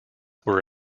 were